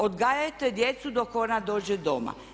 Odgajajte djecu dok ona dođe doma.